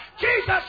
Jesus